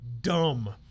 dumb